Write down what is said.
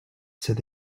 said